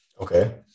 Okay